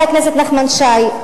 חבר הכנסת נחמן שי,